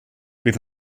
bydd